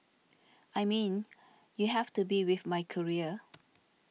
I mean you have to be with my career